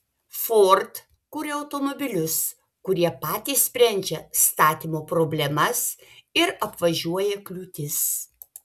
ford kuria automobilius kurie patys sprendžia statymo problemas ir apvažiuoja kliūtis